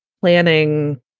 planning